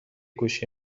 گوشی